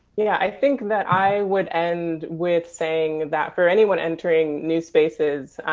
yeah, i think that i would end with saying that for anyone entering new spaces,